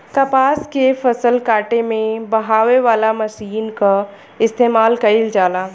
कपास के फसल काटे में बहावे वाला मशीन कअ इस्तेमाल कइल जाला